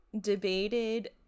debated